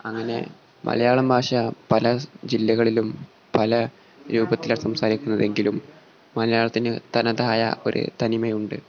അങ്ങനെ മലയാളം ഭാഷ പല ജില്ലകളിലും പല രൂപത്തിലാണ് സംസാരിക്കുന്നതെങ്കിലും മലയാളത്തിന് തനതായ ഒരു തനിമയുണ്ട്